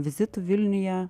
vizitų vilniuje